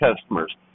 customers